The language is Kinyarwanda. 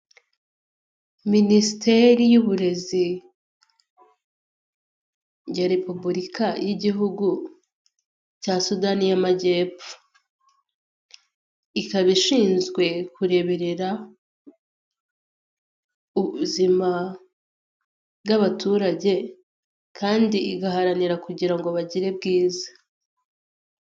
Minisiteri y'uburezi ya Repubulika y'igihugu cya Sudani y'amajyepfo, ikaba ishinzwe kureberera ubuzima bw'abaturage, kandi igaharanira kugira ngo bagire bwiza.